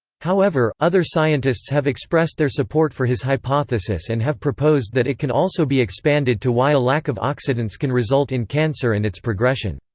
however, other scientists have expressed their support for his hypothesis and have proposed that it can also be expanded to why a lack of oxidants can result in cancer and its progression.